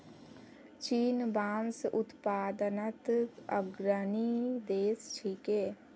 चीन बांस उत्पादनत अग्रणी देश छिके